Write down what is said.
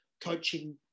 coaching